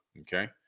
okay